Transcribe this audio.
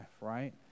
right